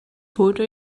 wurde